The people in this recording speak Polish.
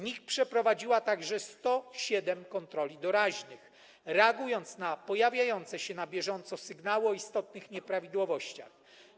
NIK przeprowadziła także 107 kontroli doraźnych, reagując na pojawiające się na bieżąco sygnały o istotnych nieprawidłowościach.